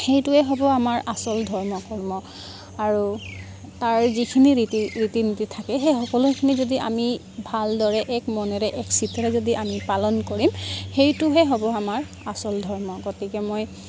সেইটোৱে হ'ব আমাৰ আচল ধৰ্ম কৰ্ম আৰু তাৰ যিখিনি ৰীতি ৰীতি নীতি থাকে সেই সকলোখিনি যদি আমি ভালদৰে এক মনেৰে একচিতে আমি যদি পালন কৰিম সেইটোহে হ'ব আমাৰ আচল ধৰ্ম গতিকে মই